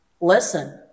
listen